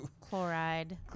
chloride